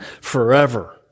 forever